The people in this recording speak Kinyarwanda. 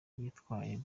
yatwaye